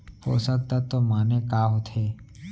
पोसक तत्व माने का होथे?